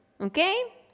okay